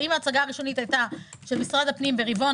האם ההצגה הראשונית של משרד הפנים ברבעון